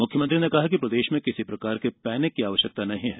मुख्यमंत्री ने कहा कि प्रदेश में किसी प्रकार के पैनिक की आवश्यकता नहीं है